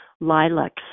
lilacs